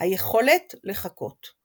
היכולת לחכות."